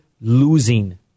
losing